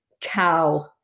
cow